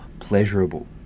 pleasurable